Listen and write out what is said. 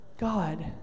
God